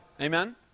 amen